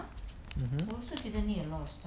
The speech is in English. mmhmm